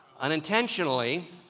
unintentionally